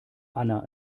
anna